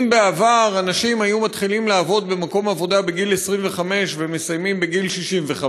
אם בעבר אנשים היו מתחילים לעבוד במקום עבודה בגיל 25 ומסיימים בגיל 65,